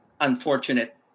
unfortunate